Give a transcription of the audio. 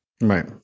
Right